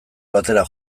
batera